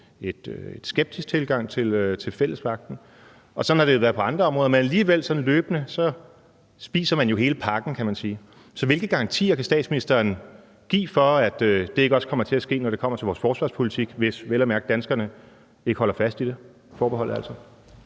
en skeptisk tilgang til Fællesakten, og sådan har det været på andre områder, men alligevel spiser man jo sådan løbende hele pakken, kan man sige. Så hvilke garantier kan statsministeren give for, at det ikke også kommer til at ske, når det kommer til vores forsvarspolitik, hvis danskerne vel at mærke ikke holder fast i det, altså forbeholdet? Kl.